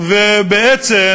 ובעצם,